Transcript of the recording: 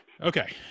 Okay